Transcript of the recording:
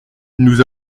nous